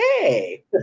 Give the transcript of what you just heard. hey